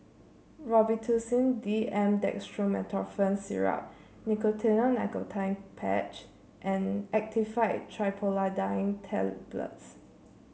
Robitussin D M Dextromethorphan Syrup Nicotinell Nicotine Patch and Actifed Triprolidine Tablets